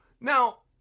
Now